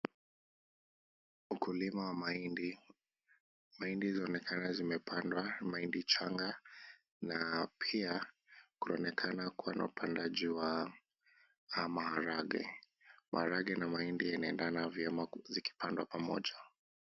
Ukulima wa mahindi. Mahindi zinaonekana zimepandwa mahindi changa na pia kunaonekana kuna upandaji wa maharagwe. Maharagwe na mahindi yanaendana vyema zikipandwa pamoja.